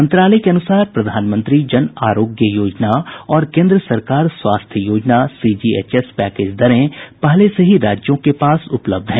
मंत्रालय के अनुसार प्रधानमंत्री जन आरोग्य योजना और केन्द्र सरकार स्वास्थ्य योजना सीजीएचएस पैकेज दरें पहले से ही राज्यों के पास उपलब्ध हैं